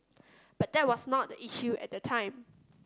but that was not the issue at that time